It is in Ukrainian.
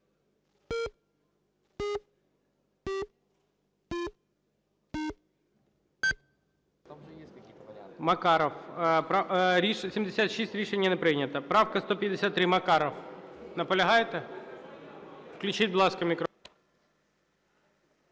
За-76 Рішення не прийнято. Правка 153, Макаров. Наполягаєте? Включіть, будь ласка, мікрофон.